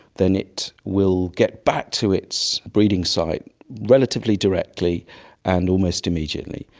then it will get back to its breeding site relatively directly and almost immediately.